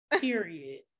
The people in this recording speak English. period